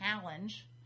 challenge